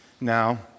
now